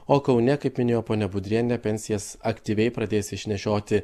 o kaune kaip minėjo ponia budrienė pensijas aktyviai pradės išnešioti